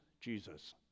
Jesus